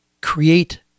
create